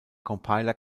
compiler